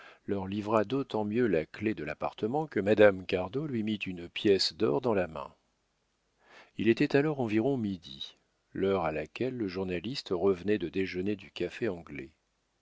leur livra d'autant mieux la clef de l'appartement que madame cardot lui mit une pièce d'or dans la main il était alors environ midi l'heure à laquelle le journaliste revenait de déjeuner du café anglais